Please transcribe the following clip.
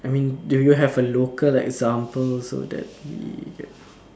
I mean do you have a local example so that we